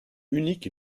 unique